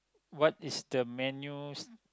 what is the menus